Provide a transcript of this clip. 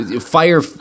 fire